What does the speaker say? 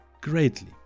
greatly